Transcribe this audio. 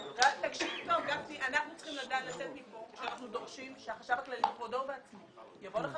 מכאן עם דרישה שהחשב הכללי בכבודו ובעצמו יבוא לכאן